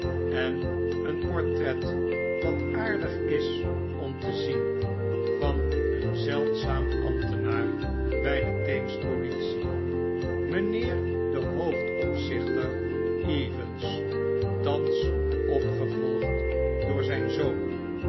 en een portret dat aardig is om te zien van een zeldzaam ambtenaar by de theems politie mynheer de hoofdopzichter evans thans opgevolgd door zp zoon